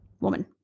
Woman